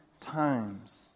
times